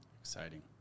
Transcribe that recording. Exciting